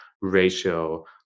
ratio